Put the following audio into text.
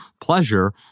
pleasure